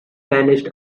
vanished